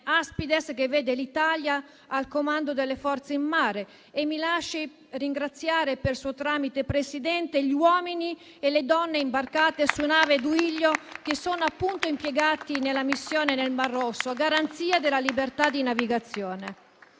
Aspides che vede l'Italia al comando delle Forze in mare e mi lasci ringraziare per suo tramite, signor Presidente, gli uomini e le donne imbarcati sulla nave Duilio, che sono impiegati nella missione nel Mar Rosso a garanzia della libertà di navigazione.